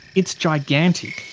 it's gigantic.